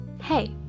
Hey